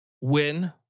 win